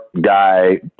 guy